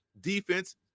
defense